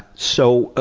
so,